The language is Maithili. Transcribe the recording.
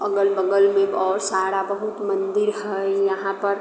अगल बगल मे आओर सारा बहुत मन्दिर है इहाँ पर